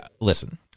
listen